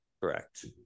Correct